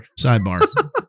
Sidebar